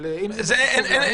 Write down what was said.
אבל אם זה חשוב להם,